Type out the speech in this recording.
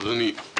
אדוני,